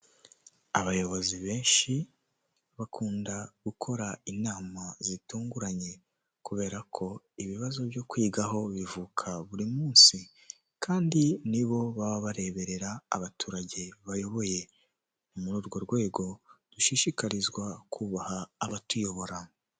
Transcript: Abayobozi benshi bakunda gukora inama zitunguranye kubera ko ibibazo byo kwigaho bivuka buri munsi, kandi nibo baba bareberera abaturage bayoboye, ni muri urwo rwego dushishikarizwa kubaha abatuyobora.